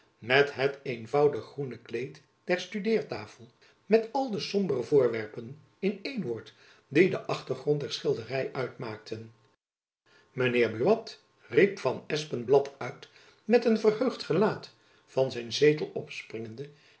met het eenvoudig groene kleed der studeertafel met al de sombere voorwerpen in één woord die den achtergrond der schildery uitmaakten mijn heer buat riep van espenblad uit met een verheugd gelaat van zijn zetel opspringende